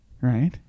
right